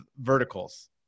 verticals